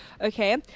Okay